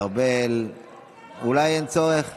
נהגה לומר "כלאם פאדי".